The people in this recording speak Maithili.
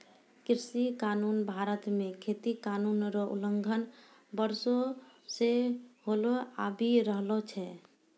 कृषि कानून भारत मे खेती कानून रो उलंघन वर्षो से होलो आबि रहलो छै